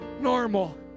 normal